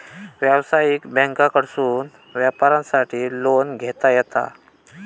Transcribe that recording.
व्यवसायिक बँकांकडसून व्यापारासाठी लोन घेता येता